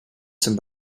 zum